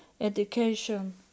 education